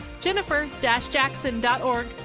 Jennifer-Jackson.org